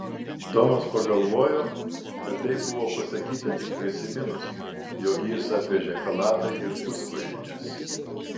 tomas pagalvojo kad taip buvo pasakyta tik prisiminus jog jis atvežė chalatą ir puskojines